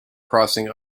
crossing